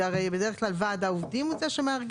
זה הרי בדרך כלל ועד העובדים הוא זה שמארגן,